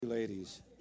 Ladies